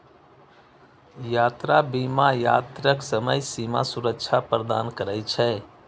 यात्रा बीमा यात्राक समय बीमा सुरक्षा प्रदान करै छै